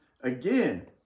again